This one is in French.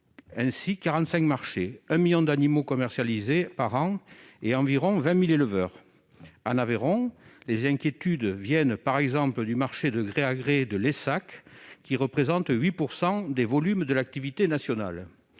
ainsi 45 marchés, 1 million d'animaux commercialisés par an et environ 20 000 éleveurs. Dans l'Aveyron, les inquiétudes viennent, par exemple, du marché de gré à gré de Laissac, qui représente 8 % des volumes de l'activité nationale.